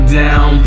down